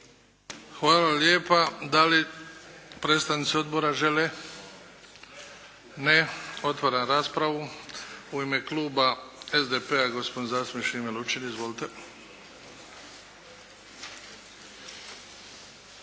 Hvala lijepa. Da li predstavnici odbora žele? Ne. Otvaram raspravu. U ime kluba SDP-a, gospodin zastupnik Šime Lučin. Izvolite.